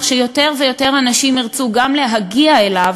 שיותר ויותר אנשים ירצו גם להגיע אליו,